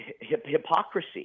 hypocrisy